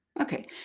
Okay